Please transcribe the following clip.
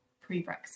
pre-Brexit